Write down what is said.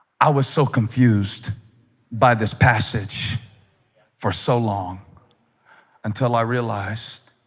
i was so confused by this passage for so long until i realized